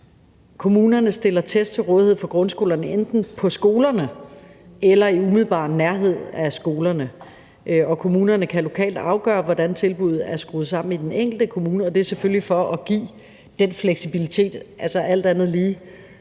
Kommunerne stiller test til rådighed for grundskolerne enten på skolerne eller i umiddelbar nærhed af skolerne. Kommunerne kan lokalt afgøre, hvordan tilbuddet er skruet sammen i den enkelte kommune, og det er selvfølgelig for at give den fleksibilitet – altså, alt andet lige